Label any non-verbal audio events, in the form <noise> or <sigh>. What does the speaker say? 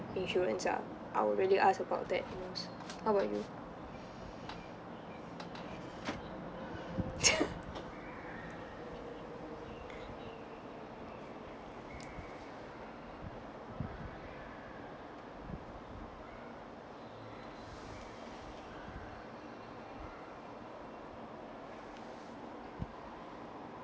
insurance ah I would really ask about that things how about you <noise>